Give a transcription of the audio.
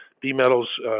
B-Metals